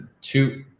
two